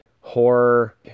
horror